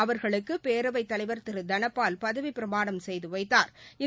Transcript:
அவர்களுக்கு பேரவைத்தலைவர் திரு தனபால் பதவிப்பிரமாணம் செய்து வைத்தாரல்